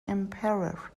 emperor